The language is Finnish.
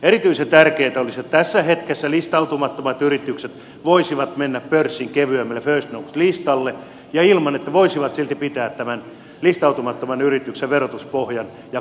erityisen tärkeätä olisi että tässä hetkessä listautumattomat yritykset voisivat mennä pörssin kevyemmälle first north listalle ja voisivat silti pitää tämän listautumattoman yrityksen verotuspohjan ja kohtelun